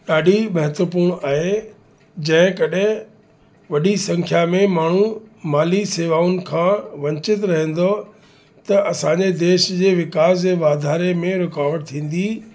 ॾाढी महत्वपूर्ण आहे जंहिं कॾहिं वॾी संख्या में माण्हू माली सेवाउनि खां वंछित रहंदो त असांजे देश जे विकास जे वाधारे में रुकावट थींदी